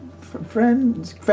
friends